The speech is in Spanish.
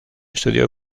estudió